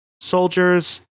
soldiers